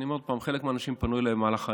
אני אומר עוד פעם שחלק מהאנשים פנו אליי במהלך הערב.